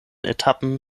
etappen